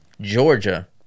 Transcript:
Georgia